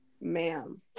Ma'am